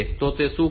તો તે શું કરશે